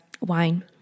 wine